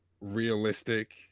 realistic